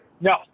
No